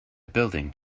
building